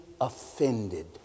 offended